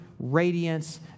radiance